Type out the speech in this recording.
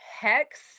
Hex